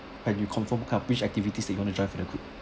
when you confirm which activities that you want to join for the group